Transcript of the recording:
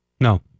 No